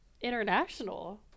international